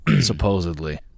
supposedly